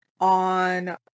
on